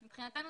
מבחינתנו,